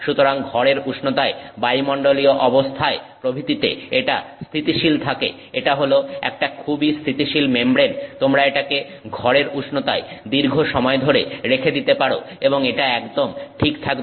সুতরাং ঘরের উষ্ণতায় বায়ুমণ্ডলীয় অবস্থায় প্রভৃতিতে এটা স্থিতিশীল থাকে এটা হল একটা খুবই স্থিতিশীল মেমব্রেন তোমরা এটাকে ঘরের উষ্ণতায় দীর্ঘ সময় ধরে রেখে দিতে পারো এবং এটা একদম ঠিক থাকবে